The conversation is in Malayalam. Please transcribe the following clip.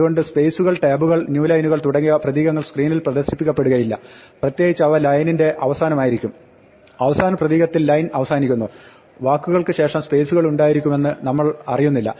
അതുകൊണ്ട് സ്പേസുകൾ ടാബുകൾ ന്യൂ ലൈനുകൾ തുടങ്ങിയ പ്രതീകങ്ങൾ സ്കീനിൽ പ്രദർശിപ്പിക്കപ്പെടുകയില്ല പ്രത്യേകിച്ച് അവ ലൈനിന്റെ അവസാനമായിരിക്കും അവസാന പ്രതീകത്തിൽ ലൈൻ അവസാനിക്കുന്നു വാക്കുകൾക്ക് ശേഷം സ്പേസുകളുണ്ടായിരുക്കുമെന്ന് നമ്മൾ അറിയുന്നില്ല